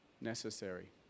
necessary